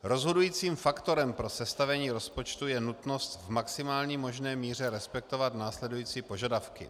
Rozhodujícím faktorem pro sestavení rozpočtu je nutnost v maximální možné míře respektovat následující požadavky.